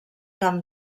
camp